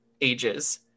ages